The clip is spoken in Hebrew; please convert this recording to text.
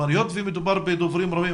היות ומדובר בדוברים רבים,